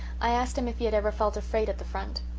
i asked him if he had ever felt afraid at the front.